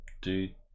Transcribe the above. dude